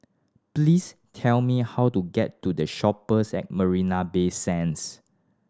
please tell me how to get to The Shoppes at Marina Bay Sands